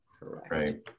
right